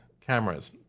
cameras